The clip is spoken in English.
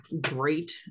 great